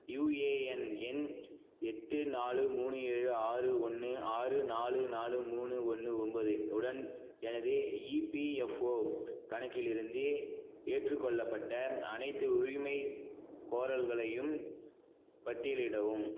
UAN எண் எட்டு நாலு மூணு ஏழு ஆறு ஒன்று ஆறு நாலு நாலு மூணு ஒன்று ஒன்பது உடன் எனது இபிஎஃப்ஓ கணக்கிலிருந்து ஏற்றுக்கொள்ளப்பட்ட அனைத்து உரிமைகோரல்களையும் பட்டியலிடவும்